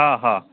हां हां